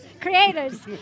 Creators